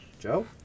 joe